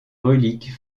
reliques